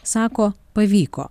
sako pavyko